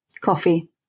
Coffee